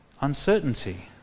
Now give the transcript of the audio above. uncertainty